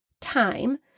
time